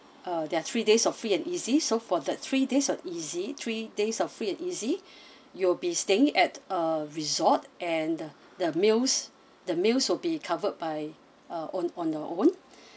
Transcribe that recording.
uh there are three days of free and easy so for the three days of easy three days of free and easy you'll be staying at a resort and the meals the meals will be covered by uh on on your own